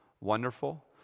wonderful